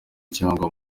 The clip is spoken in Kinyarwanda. cyangwa